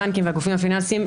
הבנקים והגופים הפיננסיים,